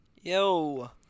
yo